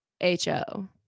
H-O